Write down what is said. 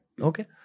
Okay